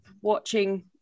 watching